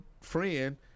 friend